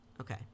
okay